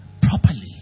properly